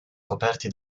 coperti